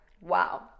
Wow